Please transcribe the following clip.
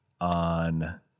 on